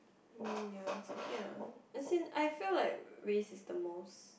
hmm ya it's okay lah as in like I feel like race is the most